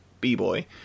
b-boy